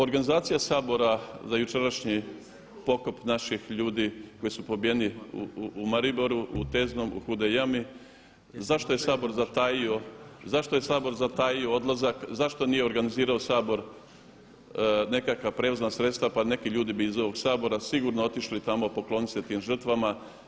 Organizacija Sabora za jučerašnji pokop naših ljudi koji su pobijeni u Mariboru u Teznom u Hudi jami, zašto je Sabor zatajio odlazak, zašto nije organizirao Sabor nekakva prijevozna sredstva pa neki ljudi bi iz ovog Sabora sigurno otišli tamo pokloniti se tim žrtvama?